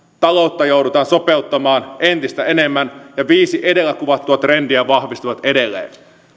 taloutta joudutaan sopeuttamaan entistä enemmän ja viisi edellä kuvattua trendiä vahvistuvat edelleen